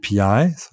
API